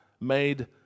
made